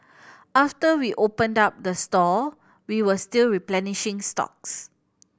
after we opened up the store we were still replenishing stocks